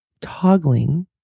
toggling